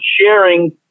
sharing